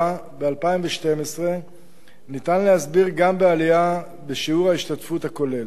ב-2012 ניתן להסביר גם בעלייה בשיעור ההשתתפות הכולל.